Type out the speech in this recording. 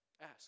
Ask